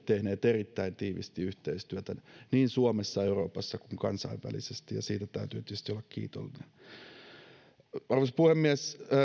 tehneet erittäin tiiviisti yhteistyötä niin suomessa euroopassa kuin kansainvälisesti ja siitä täytyy tietysti olla kiitollinen arvoisa puhemies